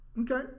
Okay